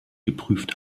geprüft